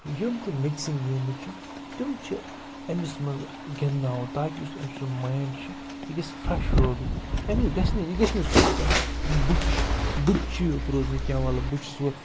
یِم تہِ mixing games چھِ تِم چھِ أمِس منٛز گِنٛدناوُن تاکہِ یُس أمۍ سُنٛد مایِنٛڈ چھُ یہِ گژھِ فرٛٮ۪ش روزُن أمِس گژھِ نہٕ یہِ گَژھِ نہٕ سُہ کانٛہہ بُکِش بُکچی یوٚت روزنہٕ کیٚنٛہہ وَلہٕ بہٕ چھُس وٕ